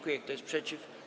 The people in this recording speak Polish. Kto jest przeciw?